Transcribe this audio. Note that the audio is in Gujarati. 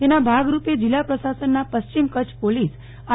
તેના ભાગરૂપે જીલ્લા પ્રશાસનના પશ્ચિમ કચ્છ પોલીસઆર